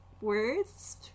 words